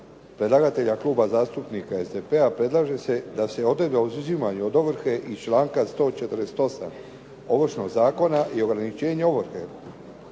predlagatelja Kluba zastupnika SDP-a predlaže se da se odredbe o izuzimanju od ovrhe iz članka 148. Ovršnog zakona i ograničenje ovrhe